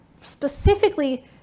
specifically